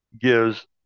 Gives